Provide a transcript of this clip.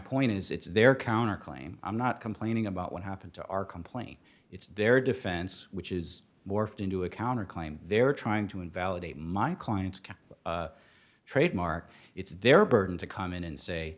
point is it's their counter claim i'm not complaining about what happened to our complaint it's their defense which is morphed into a counter claim they're trying to invalidate my clients can trademark it's their burden to come in and say